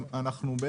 זה בשקף הבא.